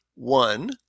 one